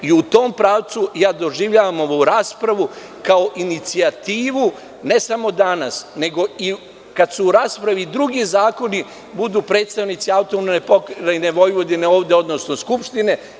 U tom pravcu, ja doživljavam ovu raspravu kao inicijativu ne samo danas, nego da, kad su u raspravi i drugi zakoni, budu predstavnici AP Vojvodine ovde, odnosno Skupštine.